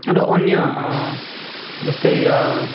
र अन्य जस्तै